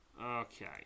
Okay